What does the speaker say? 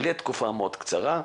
לתקופה מאוד קצרה,